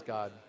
God